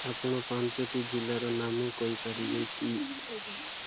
ଆପଣ ପାଞ୍ଚଟି ଜିଲ୍ଲାର ନାମ କହିପାରିବେ କି